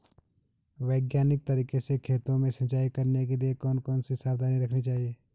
वैज्ञानिक तरीके से खेतों में सिंचाई करने के लिए कौन कौन सी सावधानी रखनी चाहिए?